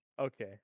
Okay